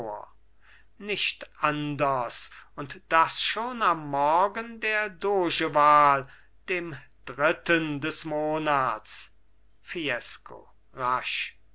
nicht anders und das schon am morgen der dogewahl dem dritten des monats fiesco rasch